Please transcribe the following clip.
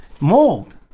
mold